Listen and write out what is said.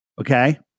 Okay